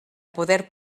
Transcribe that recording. poder